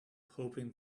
hoping